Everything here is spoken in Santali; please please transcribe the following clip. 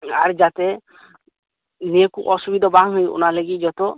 ᱟᱨ ᱡᱟᱛᱮ ᱱᱤᱭᱟᱹ ᱠᱚ ᱚᱥᱩᱵᱤᱛᱟ ᱵᱟᱝ ᱚᱱᱟ ᱞᱟᱹᱜᱤᱫ ᱡᱚᱛᱚ